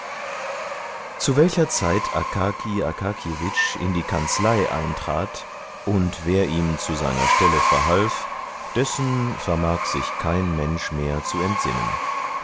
zu welcher zeit akaki akakjewitsch in die kanzlei eintrat und wer ihm zu seiner stelle verhalf dessen vermag sich kein mensch mehr zu entsinnen